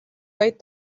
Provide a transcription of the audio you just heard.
vaid